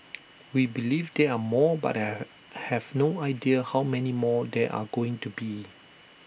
we believe there are more but have no idea how many more there are going to be